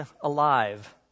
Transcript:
alive